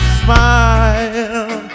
smile